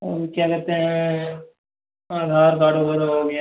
क्या कहते हैं आधार कार्ड वगेरह हो गया